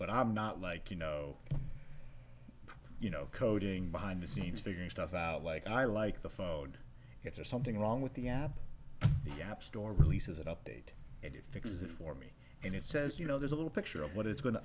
but i'm not like you know you know coding behind the scenes figuring stuff like i like the phone if there's something wrong with the app the app store releases an update and it fixes it for me and it says you know there's a little picture of what it's going to